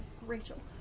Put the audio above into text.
Rachel